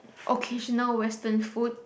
occasional western food